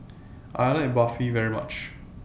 I like Barfi very much